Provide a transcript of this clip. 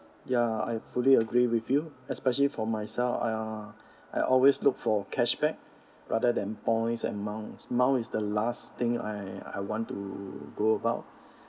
ya I fully agree with you especially for myself uh I always look for cashback rather than points and miles miles is the last thing I I want to go about